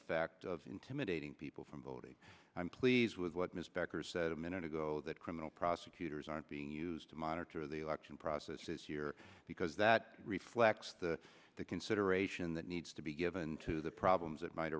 effect of intimidating people from voting i'm pleased with what ms backers said a minute ago that criminal prosecutors aren't being used to monitor the election process this year because that reflects the consideration that needs to be given to the problems